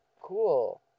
cool